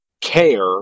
care